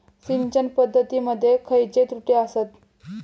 सिंचन पद्धती मध्ये खयचे त्रुटी आसत?